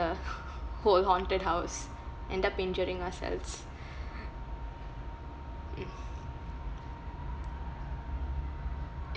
whole haunted house end up injuring ourselves